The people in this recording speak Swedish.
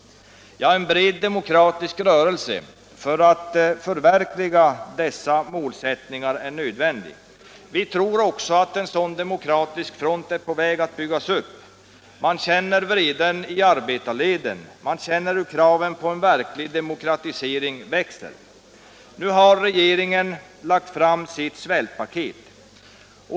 En bred demokratisk rörelse för att förverkliga dessa målsättningar är nödvändig. Vi tror att en sådan demokratisk front är på väg att byggas upp. Man känner vreden i arbetarleden, man känner hur kraven på en verklig demokratisering växer. Regeringen har nu lagt fram sitt svältpaket.